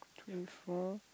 three four